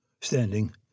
Standing